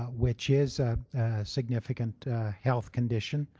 which is a significant health condition.